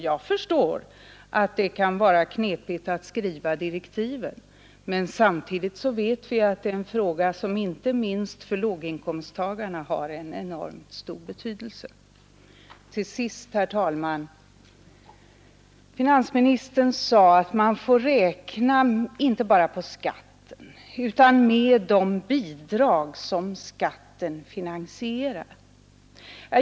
Jag förstår att det kan vara knepigt att skriva direktiven, men samtidigt vet vi att det är en fråga som inte minst för låginkomsttagarna har en enormt stor betydelse. Till sist, herr talman! Finansministern sade att man inte bara får räkna med skatten utan att man också måste räkna med de bidrag som skatten finansierar.